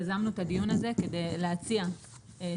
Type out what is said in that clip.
יזמנו את הדיון הזה כדי להציע תכנית